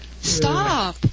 Stop